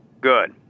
Good